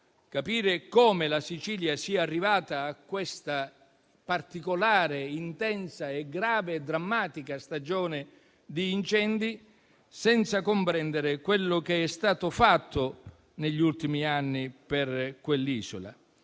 capire come la Sicilia sia arrivata a questa particolare, intensa, grave e drammatica stagione di incendi senza comprendere quello che è stato fatto negli ultimi anni per quell'isola.